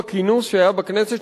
בכינוס שהיה בכנסת,